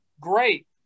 great